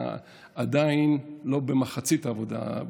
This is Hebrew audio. אתה עדיין לא במחצית העבודה.